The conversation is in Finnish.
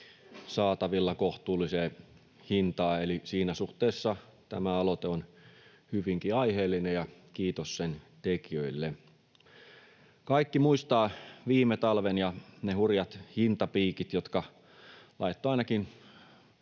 saatavilla kohtuulliseen hintaan. Siinä suhteessa tämä aloite on hyvinkin aiheellinen, ja kiitos sen tekijöille. Kaikki muistavat viime talven ja ne hurjat hintapiikit, jotka laittoivat ainakin